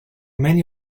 many